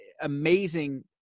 amazing